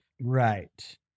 Right